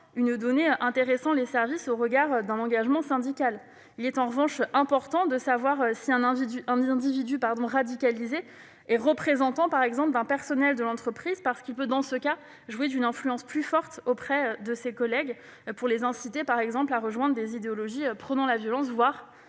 une donnée intéressant les services au regard d'un engagement syndical. En revanche, il est important de savoir si un individu radicalisé est représentant du personnel de l'entreprise : dans ce cas, il peut jouir d'une influence plus forte auprès de ses collègues pour les inciter, par exemple, à rejoindre des idéologies prônant la violence, voire